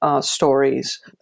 stories